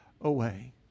away